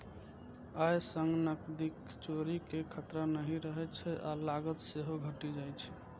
अय सं नकदीक चोरी के खतरा नहि रहै छै आ लागत सेहो घटि जाइ छै